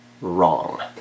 Wrong